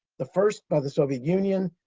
the first by the soviet union.